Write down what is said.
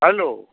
hello